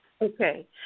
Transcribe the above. Okay